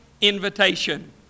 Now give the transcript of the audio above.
invitation